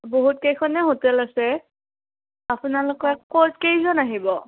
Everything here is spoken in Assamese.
বহুত কেইখনে হোটেল আছে আপোনালোকৰ ক'ত কেইজন আহিব